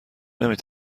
نمی